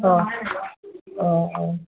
অঁ অঁ অঁ